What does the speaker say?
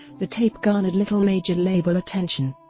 the tape garnered little major label attention.